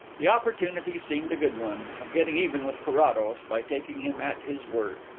the opportunity seemed a good one of getting even with carrados by taking him at his word.